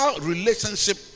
relationship